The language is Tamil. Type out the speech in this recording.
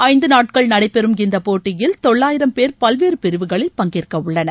ஐந்து நாட்கள் நடைபெறும் இந்தப் போட்டியில் தொள்ளாயிரம் பேர் பல்வேறு பிரிவுகளில் பங்கேற்கவுள்ளனர்